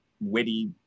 witty